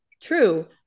True